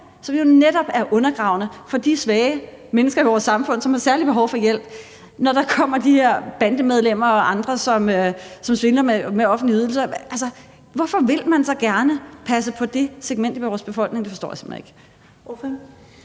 – er undergravende for de svage mennesker i vores samfund, som særlig har behov for hjælp, når der kommer de her bandemedlemmer og andre, som svindler med offentlige ydelser? Altså, hvorfor vil man så gerne vil passe på det segment i vores befolkning? Det forstår jeg simpelt